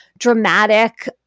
Dramatic